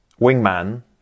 wingman